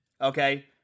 okay